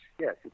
Yes